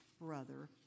brother